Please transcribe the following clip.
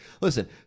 Listen